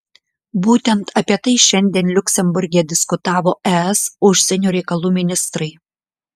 būtent apie tai šiandien liuksemburge diskutavo es užsienio reikalų ministrai